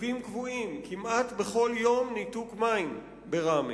ניתוקים קבועים, כמעט בכל יום ניתוק מים בראמה,